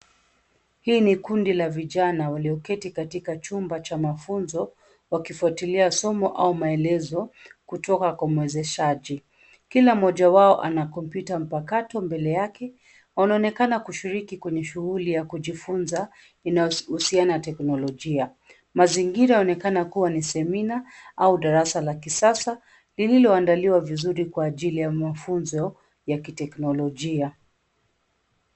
Hii ni kundi la vijana walioketi katika chumba cha mafunzo wakifuatilia somo au maelezo kutoka kwa muezeshaji. Kila mmoja wao ana kompyuta mpakato mbele yake wanaonekana kushiriki kwenye shughuli ya kujifunza inayohusiana na teknolojia. Mazingira yaonekana kuwa ya semina au darasa la kisasa lililoandaliwa vizuri kwa ajili ya mafunzo ya kiteknolojia.